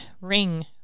ring